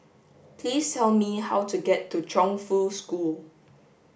please tell me how to get to Chongfu School